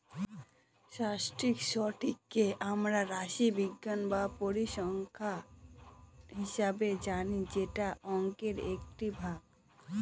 স্ট্যাটিসটিককে আমরা রাশিবিজ্ঞান বা পরিসংখ্যান হিসাবে জানি যেটা অংকের একটি ভাগ